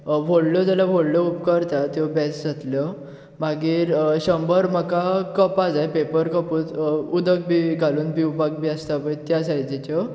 व्हडल्यो जाल्यार व्हडल्यो उपकारता त्यो बेस्ट जातल्यो मागीर शंबर म्हाका कपां जाय पेपर कपूच उदक बी घालून दिवपाक बी आसता पळय त्या सायजीच्यो